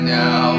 now